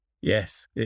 Yes